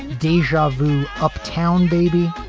deja vu. uptown baby.